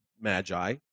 magi